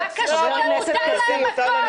ובאומץ רב --- מה קשור למותר להם הכול?